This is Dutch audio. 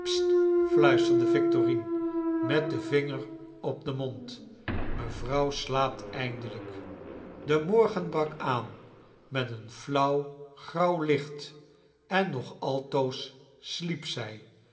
victorine met den vinger op den mond mevrouw slaapt eindelgk de morgen brak aan met een flauw grauw licht en nog altoos sliep zij